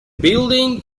building